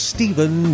Stephen